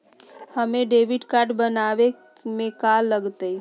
हमें debit card बनाने में का लागत?